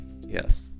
Yes